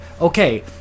okay